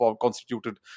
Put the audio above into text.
constituted